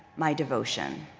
my devotion?